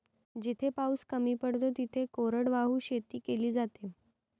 जिथे पाऊस कमी पडतो तिथे कोरडवाहू शेती केली जाते